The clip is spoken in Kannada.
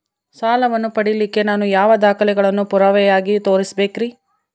ಸಾಲವನ್ನು ಪಡಿಲಿಕ್ಕೆ ನಾನು ಯಾವ ದಾಖಲೆಗಳನ್ನು ಪುರಾವೆಯಾಗಿ ತೋರಿಸಬೇಕ್ರಿ?